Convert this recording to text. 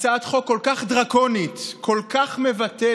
הצעת חוק כל כך דרקונית, כל כך מבטלת,